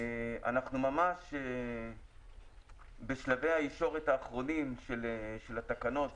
אנחנו ממש בשלבי הישורת אחרונים של התקנות.